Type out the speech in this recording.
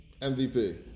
MVP